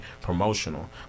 promotional